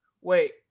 wait